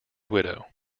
widow